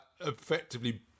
effectively